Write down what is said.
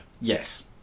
Yes